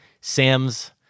Sam's